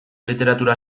literatura